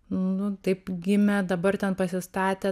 nu taip gimė dabar ten pasistatė